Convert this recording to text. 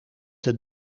het